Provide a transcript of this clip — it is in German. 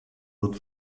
wird